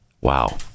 wow